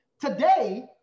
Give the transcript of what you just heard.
Today